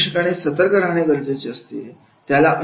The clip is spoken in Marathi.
प्रशिक्षकाने सतर्क राहणे गरजेचे असते